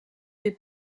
des